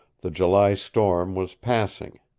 the july storm was passing.